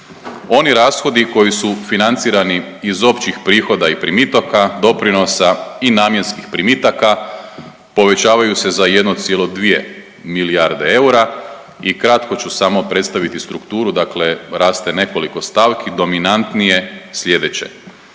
Oni rashodi koji su financirani iz općih prihoda i primitaka doprinosa i namjenskih primitaka povećavaju se za 1,2 milijarde eura. I kratko ću samo predstaviti strukturu, dakle raste nekoliko stavki dominantnije sljedeće,